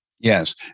Yes